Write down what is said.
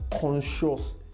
conscious